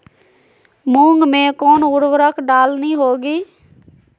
मूंग में कौन उर्वरक डालनी होगी?